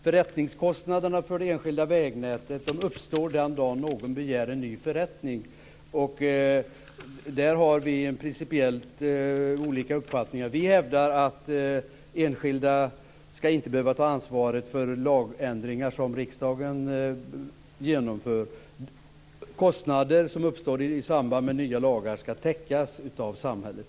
Förrättningskostnaderna för det enskilda vägnätet uppstår den dag då någon begär en ny förrättning. Där har vi principiellt olika uppfattningar. Vi hävdar att enskilda inte skall behöva ta ansvaret för lagändringar som riksdagen genomför, alltså att kostnader som uppstår i samband med nya lagar skall täckas av samhället.